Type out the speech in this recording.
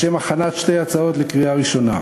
לשם הכנת שתי הצעות לקריאה ראשונה.